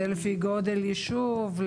זה לפי גודל ישוב?